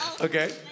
Okay